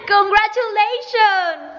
Congratulations